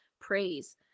praise